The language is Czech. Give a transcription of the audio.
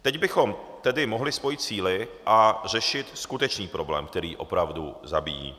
Teď bychom tedy mohli spojit síly a řešit skutečný problém, který opravdu zabíjí.